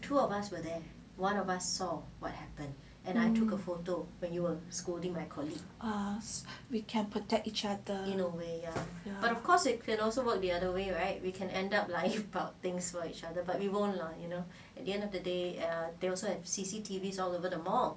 we can protect each other